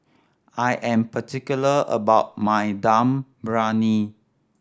I am particular about my Dum Briyani